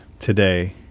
today